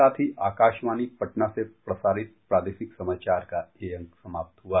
इसके साथ ही आकाशवाणी पटना से प्रसारित प्रादेशिक समाचार का ये अंक समाप्त हुआ